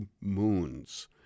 Moons